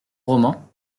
roman